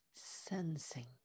Sensing